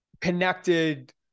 connected